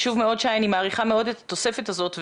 שי, אני מעריכה מאוד את התוספת הזאת.